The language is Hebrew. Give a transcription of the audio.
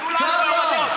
כמה?